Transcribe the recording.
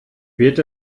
wird